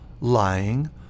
lying